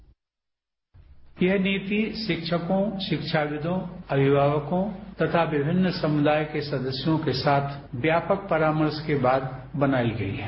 यह शिक्षा नीति शिक्षकों शिक्षाविदों अभिभावकों तथा विभिन्न समुदाय के सदस्यों के साथ व्यापक परामर्श के बाद बनाई गई है